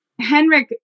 Henrik